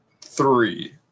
three